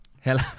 Hello